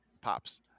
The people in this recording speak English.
Pops